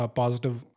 positive